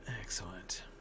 Excellent